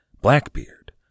Blackbeard